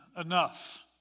enough